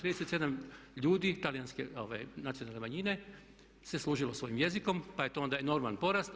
37 ljudi talijanske nacionalne manjine se služilo svojim jezikom, pa je to onda enorman porast.